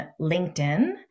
LinkedIn